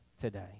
today